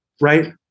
right